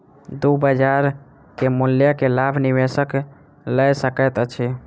दू बजार के मूल्य के लाभ निवेशक लय सकैत अछि